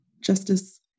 justice